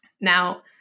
Now